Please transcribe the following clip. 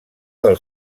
del